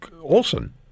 Olson